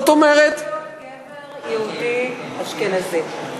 בקיצור, עדיף להיות גבר יהודי אשכנזי.